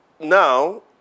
now